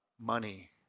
money